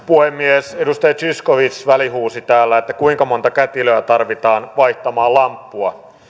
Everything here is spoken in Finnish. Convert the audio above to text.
puhemies edustaja zyskowicz välihuusi täällä että kuinka monta kätilöä tarvitaan vaihtamaan lamppua